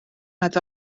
nad